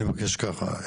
אני מבקש ככה,